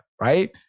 right